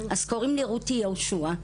קוראים לי רותי יהושוע,